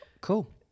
Cool